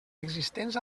existents